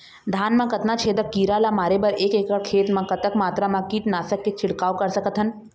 धान मा कतना छेदक कीरा ला मारे बर एक एकड़ खेत मा कतक मात्रा मा कीट नासक के छिड़काव कर सकथन?